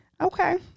Okay